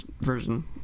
version